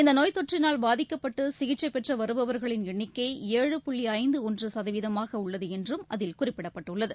இந்தநோய்த்தொற்றினால் பாதிக்கப்பட்டுசிகிச்சைபெற்றுவருபவா்களின் எண்ணிக்கை ஏழு புள்ளிஐந்து ஒன்றுசதவீதமாகஉள்ளதுஎன்றும் அதில் குறிப்பிடப்பட்டுள்ளது